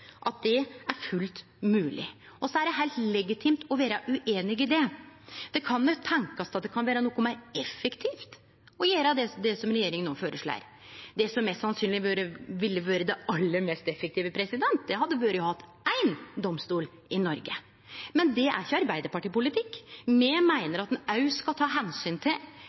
at det er fullt mogleg. Så er det heilt legitimt å vere ueinig i det. Det kan nok tenkast at det kan vere noko meir effektivt å gjere det som regjeringa no føreslår. Det som mest sannsynleg ville vore det aller mest effektive, hadde vore å ha éin domstol i Noreg. Men det er ikkje Arbeidarparti-politikk. Me meiner at ein òg skal ta omsyn til